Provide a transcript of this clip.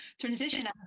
transition